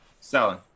Selling